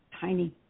tiny